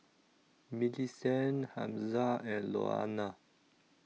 Millicent Hamza and Louanna